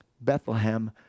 Bethlehem